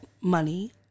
money